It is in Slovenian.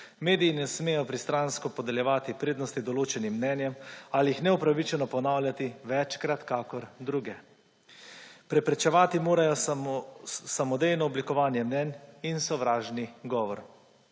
Mediji ne smejo pristransko podeljevati prednosti določenim mnenjem ali jih neupravičeno ponavljati večkrat kakor druga. Preprečevati morajo samodejno oblikovanje mnenj in sovražni govor.